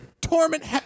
Torment